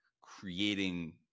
creating